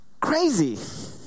crazy